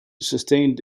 sustained